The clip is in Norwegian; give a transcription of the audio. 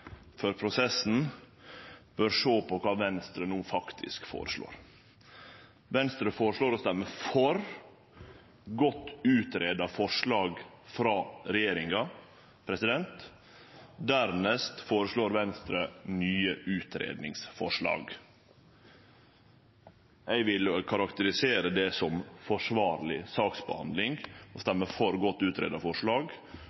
for prosessen, bør sjå på kva Venstre no faktisk føreslår. Venstre føreslår å stemme for godt utgreidde forslag frå regjeringa. Dernest har Venstre forslag til nye utgreiingar. Eg vil karakterisere det som forsvarleg saksbehandling å